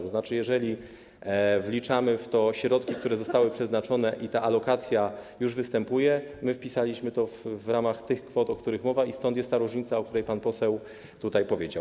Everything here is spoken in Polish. To znaczy, że jeżeli wliczamy w to środki, które zostały przeznaczone, i alokacja już występuje, to wpisaliśmy to w ramach kwot, o których mowa, i stąd jest różnica, o której pan poseł powiedział.